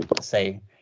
say